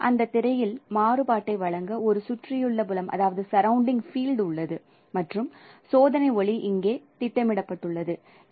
அந்த திரையில் மாறுபாட்டை வழங்க ஒரு சுற்றியுள்ள புலம்உள்ளது மற்றும் சோதனை ஒளி இங்கே திட்டமிடப்பட்டுள்ளது